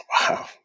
Wow